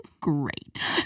great